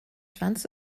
schwanz